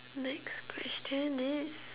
next question is